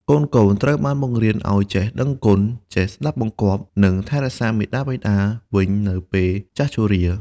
កូនៗត្រូវបានបង្រៀនឱ្យចេះដឹងគុណ ចេះស្ដាប់បង្គាប់ និងថែរក្សាមាតាបិតាវិញនៅពេលចាស់ជរា។